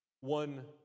One